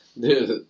Dude